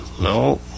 No